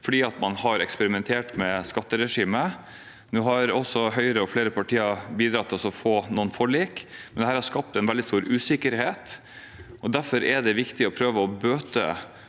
fordi man har eksperi mentert med skatteregimet. Nå har Høyre og flere partier bidratt til å få noen forlik. Men dette har skapt en veldig stor usikkerhet, og derfor er det viktig å prøve å bøte